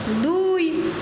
দুই